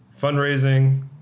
fundraising